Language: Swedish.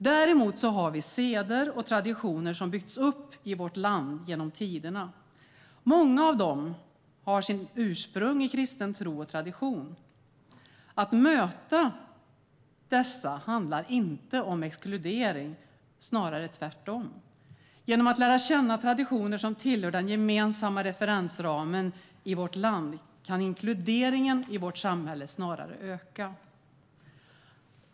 Däremot har vi seder och traditioner som byggts upp i vårt land genom tiderna. Många av dem har sitt ursprung i kristen tro och tradition. Att möta dessa handlar inte om exkludering, snarare tvärtom. Genom att lära känna traditioner som tillhör den gemensamma referensramen i vårt land kan inkluderingen i vårt samhälle snarare öka.